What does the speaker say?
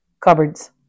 cupboards